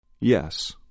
Yes